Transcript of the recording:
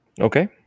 Okay